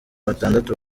batandatu